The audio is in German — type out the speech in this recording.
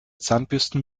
zahnbürsten